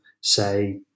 say